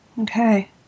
Okay